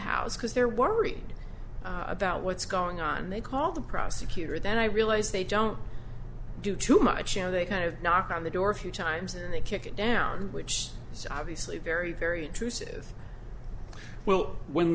house because they're worried about what's going on they call the prosecutor then i realize they don't do too much you know they kind of knock on the door a few times and they kick it down which is obviously very very intrusive well when